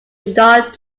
don’t